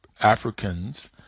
Africans